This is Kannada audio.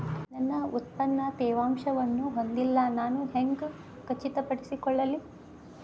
ನನ್ನ ಉತ್ಪನ್ನ ತೇವಾಂಶವನ್ನು ಹೊಂದಿಲ್ಲಾ ನಾನು ಹೆಂಗ್ ಖಚಿತಪಡಿಸಿಕೊಳ್ಳಲಿ?